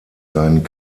seinen